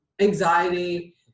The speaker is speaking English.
anxiety